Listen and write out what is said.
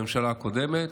בממשלה הקודמת,